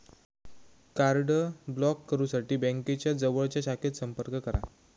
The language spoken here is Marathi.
कार्ड ब्लॉक करुसाठी बँकेच्या जवळच्या शाखेत संपर्क करा